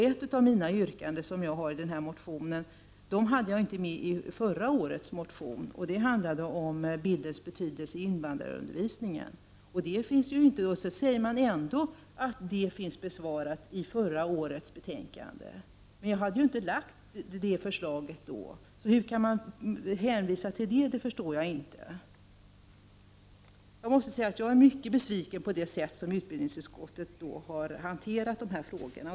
Ett av yrkandena i min motion i år hade jag inte med i förra årets motion. Det handlade om bildens betydelse i invandrarundervisningen. Men ändå säger man att det motionskravet har besvarats i förra årets betänkande. Men jag hade ju inte ställt förslaget då! Hur kan man då hänvisa till det? Det förstår jag inte. Jag är mycket besviken på det sätt på vilket utbildningsutskottet har hanterat de här frågorna.